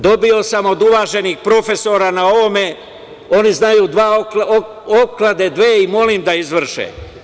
Dobio sam od uvaženih profesora na ovome, oni znaju, dve opklade dve i molim da izvrše.